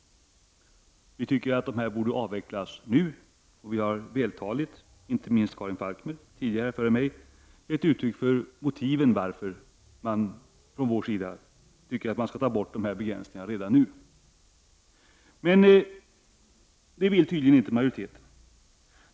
Vi tycker att begränsningarna borde avvecklas nu, och vi har vältaligt, inte minst Karin Falkmer före mig, gett uttryck för motiven för detta. Majoriteten vill tydligen inte avveckla begränsningarna.